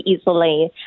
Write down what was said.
easily